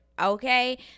okay